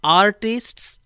artists